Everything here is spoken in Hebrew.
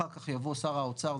אחר כך יבוא שר האוצר,